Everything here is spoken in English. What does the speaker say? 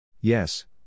Yes